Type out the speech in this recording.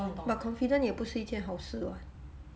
but confident 也不是一件好事 [what]